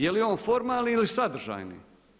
Je li on formalni ili sadržajni?